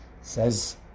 Says